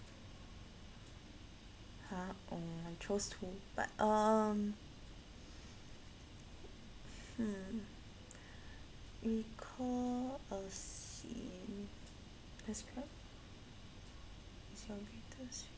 !huh! err I chose two but um hmm recall a scene